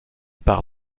par